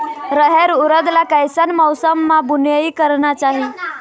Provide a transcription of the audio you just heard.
रहेर उरद ला कैसन मौसम मा बुनई करना चाही?